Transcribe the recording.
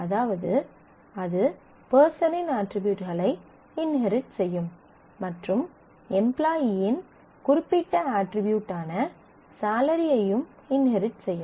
அதாவது அது பெர்சனின் அட்ரிபியூட்களை இன்ஹெரிட் செய்யும் மற்றும் எம்ப்லாயீ இன் குறிப்பிட்ட அட்ரிபியூட்டான செலரியையும் இன்ஹெரிட் செய்யும்